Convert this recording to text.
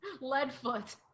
Leadfoot